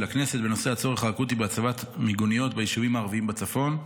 הכנסת בנושא: הצורך האקוטי בהצבת מיגוניות ביישובים הערביים בצפון.